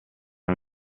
nel